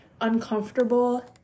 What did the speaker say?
uncomfortable